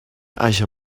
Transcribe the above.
haja